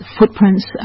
Footprints